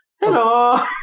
Hello